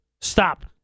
Stop